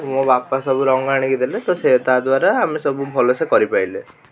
ମୋ ବାପା ସବୁ ରଙ୍ଗ ଆଣିକି ଦେଲେ ତ ସେ ତା ଦ୍ୱାରା ଆମେ ସବୁ ଭଲସେ କରି ପାରିଲେ